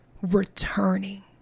returning